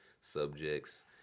subjects